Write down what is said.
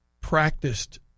practiced